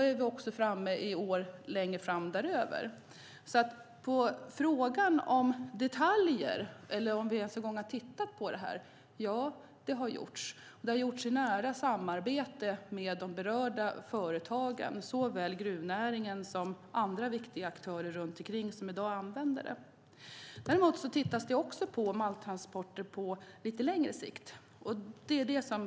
Men då är det år längre fram därutöver. Som svar på frågan om detaljer eller om vi ens tittat på detta är svaret: Ja, det har gjorts och då i nära samarbete med berörda företag, med såväl gruvnäringen som andra viktiga aktörer runt omkring som i dag är användare. Det tittas också på malmtransporter på lite längre sikt.